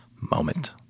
moment